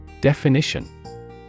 Definition